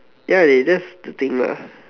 ya dey that's the thing lah